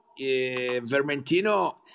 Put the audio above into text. Vermentino